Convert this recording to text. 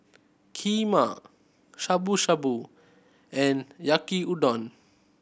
Kheema Shabu Shabu and Yaki Udon